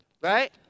Right